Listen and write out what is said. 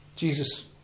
Jesus